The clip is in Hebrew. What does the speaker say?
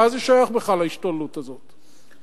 למה זה שייך בכלל, ההשתוללות הזאת?